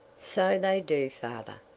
so they do, father.